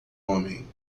homem